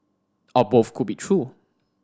or both could be true